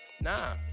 nah